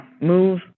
move